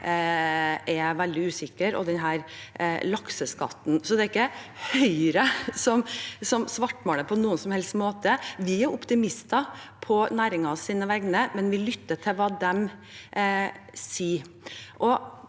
er veldig usikre også med denne lakseskatten. Det er ikke Høyre som svartmaler på noen som helst måte – vi er optimister på næringens vegne, men vi lytter til hva de sier.